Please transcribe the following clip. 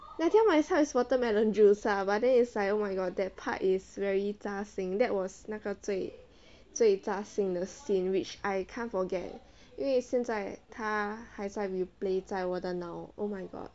like I tell myself is watermelon juice lah but then it's like oh my god that part is very 加心 that was 那个最加心的 scene which I can't forget 因为现在它还在 replay 在我的脑 oh my god